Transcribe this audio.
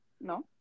No